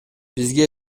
бизге